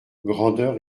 grandeur